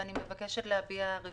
ואני מבקשת להביע גם רביזיה.